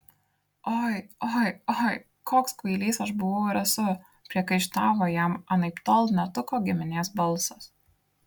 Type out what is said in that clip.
oi oi oi koks kvailys aš buvau ir esu priekaištavo jam anaiptol ne tuko giminės balsas